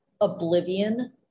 oblivion